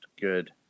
good